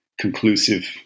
conclusive